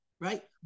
Right